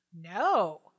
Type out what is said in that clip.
no